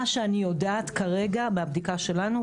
מה שאני יודעת כרגע מהבדיקה שלנו,